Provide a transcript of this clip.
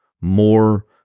more